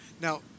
Now